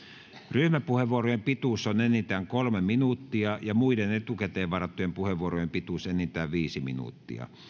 ryhmäpuheenvuorojen pituus on enintään kolme minuuttia ja muiden etukäteen varattujen puheenvuorojen pituus enintään viisi minuuttia